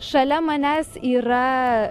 šalia manęs yra